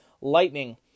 Lightning